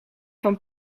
van